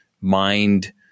mind